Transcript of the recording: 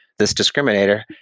this discriminator?